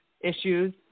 issues